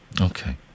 Okay